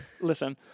Listen